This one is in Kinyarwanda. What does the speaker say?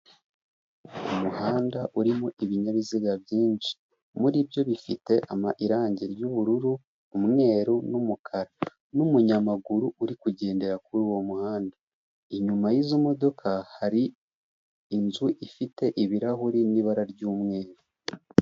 Umuhanda urimo ibinyabiziga byinshi muri byo bifite ama irange ry'ubururu, umweru n'umukara n'umunyamaguru uri kugendera kuri uwo muhanda, inyuma y'izo modoka hari inzu ifite ibirahure n'ibara ry'umweru.